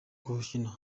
kuwukina